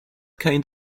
kind